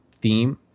theme